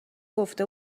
گفته